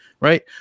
right